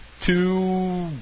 Two